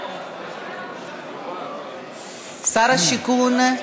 שר השיכון,